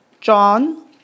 John